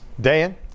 Dan